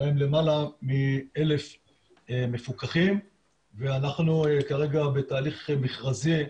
יש להם למעלה מ-1,000 מפוקחים ואנחנו כרגע בתהליך מכרזי,